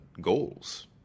goals